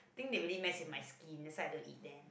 think they really mess with my skin that's why I don't eat them